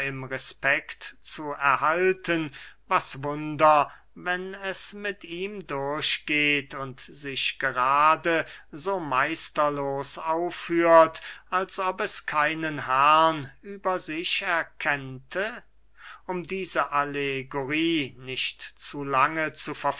respekt zu erhalten was wunder wenn es mit ihm durchgeht und sich gerade so meisterlos aufführt als ob es keinen herren über sich erkennte um diese allegorie nicht zu lange